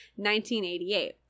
1988